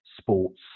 sports